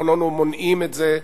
אנחנו לא מונעים את זה.